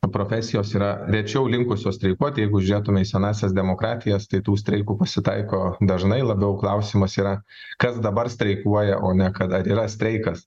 profesijos yra rečiau linkusios streikuot jeigu žiūrėtume į senąsias demokratijas tai tų streikų pasitaiko dažnai labiau klausimas yra kas dabar streikuoja o ne kad ar yra streikas